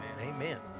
Amen